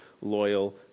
loyal